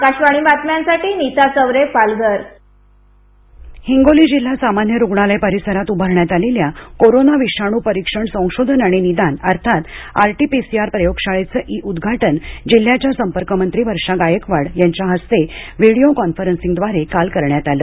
चाचणी प्रयोगशाळा हिंगोली जिल्हा सामान्य रुग्णालय परिसरात उभारण्यात आलेल्या कोरोना विषाणू परीक्षण संशोधन व निदान अर्थात आरटी पीसीआर प्रयोगशाळेचं ई उद्घाटन जिल्ह्याच्या संपर्कमंत्री वर्षा गायकवाड यांच्या हस्ते व्हिडीओ कॉन्फरन्सिंगद्वारे काल करण्यात आलं